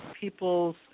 people's